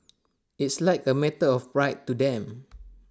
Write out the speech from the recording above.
it's like A matter of pride to them